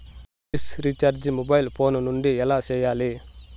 dish recharge mobile phone నుండి ఎలా సేయాలి